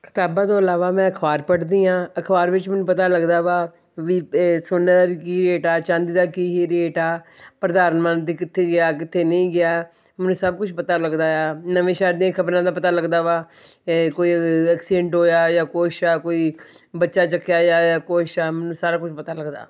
ਕਿਤਾਬਾਂ ਤੋਂ ਇਲਾਵਾ ਮੈਂ ਅਖਬਾਰ ਪੜ੍ਹਦੀ ਹਾਂ ਅਖਬਾਰ ਵਿੱਚ ਮੈਨੂੰ ਪਤਾ ਲੱਗਦਾ ਵਾ ਵੀ ਏ ਸੋਨੇ ਦਾ ਅੱਜ ਕੀ ਰੇਟ ਆ ਚਾਂਦੀ ਦਾ ਕੀ ਏ ਰੇਟ ਆ ਪ੍ਰਧਾਨ ਮੰਤਰੀ ਕਿੱਥੇ ਗਿਆ ਕਿੱਥੇ ਨਹੀਂ ਗਿਆ ਮੈਨੂੰ ਸਭ ਕੁਛ ਪਤਾ ਲੱਗਦਾ ਆ ਨਵੇਂ ਸ਼ਹਿਰ ਦੀਆਂ ਖਬਰਾਂ ਦਾ ਪਤਾ ਲੱਗਦਾ ਵਾ ਅਤੇ ਕੋਈ ਐਕਸੀਰੈਂਟ ਹੋਇਆ ਜਾਂ ਕੁਛ ਆ ਕੋਈ ਬੱਚਾ ਚੱਕਿਆ ਆ ਜਾਂ ਕੁਛ ਆ ਮੈਨੂੰ ਸਾਰਾ ਕੁਛ ਪਤਾ ਲੱਗਦਾ